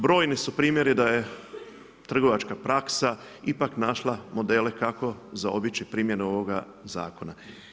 Brojni su primjeri da je trgovačka praksa ipak našla modele kako zaobići primjenu ovoga zakona.